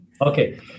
Okay